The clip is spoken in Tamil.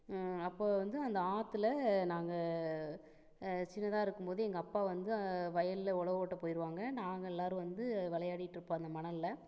அப்போ வந்து அந்த ஆற்றில் நாங்கள் சின்னதாக இருக்கும் போது எங்கள் அப்பா வந்து வயலில் உழவு ஓட்ட போயிருவாங்க நாங்கள் எல்லோரும் வந்து விளையாடிட்டு இருப்போம் அந்த மணலில்